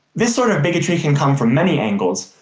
this sort of bigotry can come from many angles,